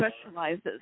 specializes